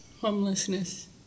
homelessness